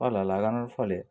পালা লাগানোর ফলে